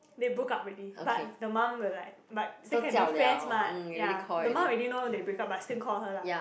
they broke up already but the mum will like but still can be friends mah ya the mum ready know they break up but still call her lah